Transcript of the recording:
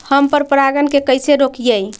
हम पर परागण के कैसे रोकिअई?